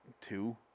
two